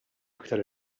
aktar